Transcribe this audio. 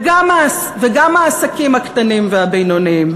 וגם העסקים הקטנים והבינוניים,